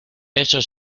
eso